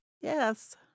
Yes